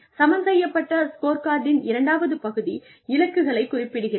சமன்செய்யப்பட்ட ஸ்கோர்கார்டின் இரண்டாவது பகுதி இலக்குகளை குறிப்பிடுகிறது